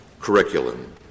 curriculum